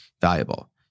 valuable